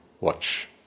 watch